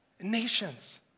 nations